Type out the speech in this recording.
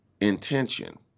intention